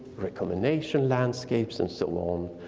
recombination landscapes and so on.